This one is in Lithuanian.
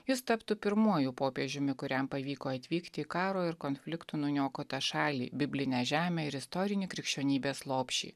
jis taptų pirmuoju popiežiumi kuriam pavyko atvykti į karo ir konfliktų nuniokotą šalį biblinę žemę ir istorinį krikščionybės lopšį